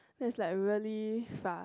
that's like really fast